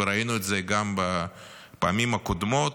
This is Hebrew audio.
וראינו את זה גם בפעמים הקודמות,